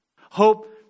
Hope